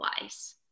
wise